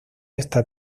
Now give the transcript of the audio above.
esta